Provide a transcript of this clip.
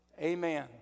Amen